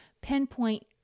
pinpoint